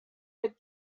had